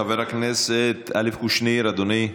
חבר הכנסת אלכס קושניר, אדוני.